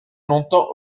longtemps